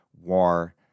WAR